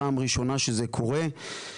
פעם ראשונה שזה קורה.